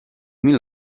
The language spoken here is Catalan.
mil